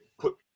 put